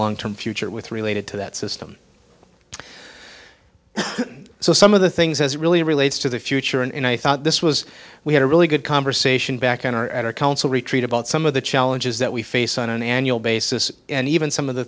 long term future with related to that system so some of the things as really relates to the future and i thought this was we had a really good conversation back in or at our council retreat about some of the challenges that we face on an annual basis and even some of the